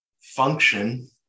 function